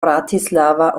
bratislava